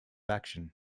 action